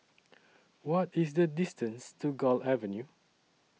What IS The distance to Gul Avenue